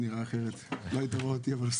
אני בטוח שקיימת תקנה בנושא הזה.